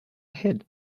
head